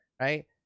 right